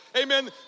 Amen